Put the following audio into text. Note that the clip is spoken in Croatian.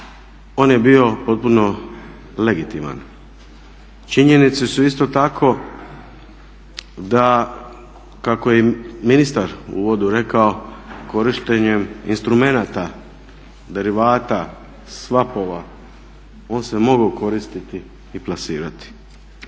On je bio potpuno legitiman. Činjenice su isto tako da kako je ministar u uvodu rekao korištenjem instrumenata, derivata, …, on se mogao koristiti i plasirati.